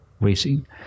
racing